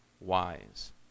wise